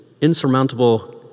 insurmountable